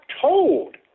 told